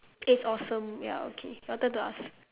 it's awesome ya okay your turn to ask